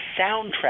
soundtrack